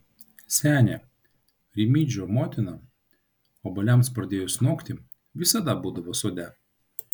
senė rimydžio motina obuoliams pradėjus nokti visada būdavo sode